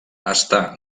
està